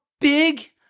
big